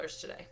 today